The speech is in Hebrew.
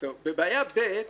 בבעיה ב'